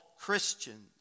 Christians